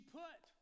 put